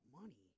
money